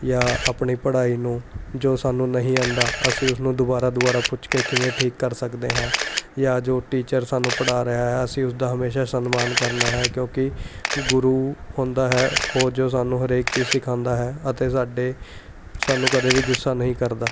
ਜਾਂ ਆਪਣੀ ਪੜ੍ਹਾਈ ਨੂੰ ਜੋ ਸਾਨੂੰ ਨਹੀਂ ਆਉਂਦਾ ਅਸੀਂ ਉਸਨੂੰ ਦੁਬਾਰਾ ਦੁਬਾਰਾ ਪੁੱਛ ਕੇ ਕਿਵੇਂ ਠੀਕ ਕਰ ਸਕਦੇ ਹਾਂ ਜਾਂ ਜੋ ਟੀਚਰ ਸਾਨੂੰ ਪੜ੍ਹਾ ਰਿਹਾ ਹੈ ਅਸੀਂ ਉਸਦਾ ਹਮੇਸ਼ਾ ਸਨਮਾਨ ਕਰਨਾ ਹੈ ਕਿਉਂਕਿ ਗੁਰੂ ਹੁੰਦਾ ਹੈ ਉਹ ਜੋ ਸਾਨੂੰ ਹਰੇਕ ਚੀਜ਼ ਸਿਖਾਉਂਦਾ ਹੈ ਅਤੇ ਸਾਡੇ ਸਾਨੂੰ ਕਦੇ ਵੀ ਗੁੱਸਾ ਨਹੀਂ ਕਰਦਾ